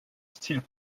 style